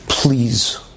Please